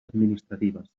administratives